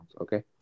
okay